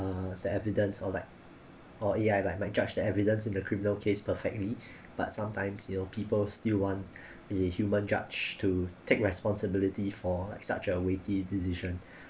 uh the evidence or like or A_I like might judge the evidence in the criminal case perfectly but sometimes you know people still want a human judge to take responsibility for like such a witty decision